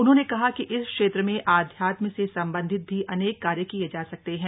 उन्होंने कहा कि इस क्षेत्र में आध्यात्म से संबंधित भी अनेक कार्य किये जा सकते हैं